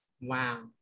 Wow